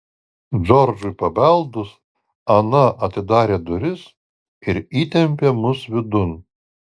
džordžui pabeldus ana atidarė duris ir įtempė mus vidun